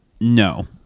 no